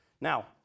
Now